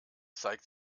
zeigt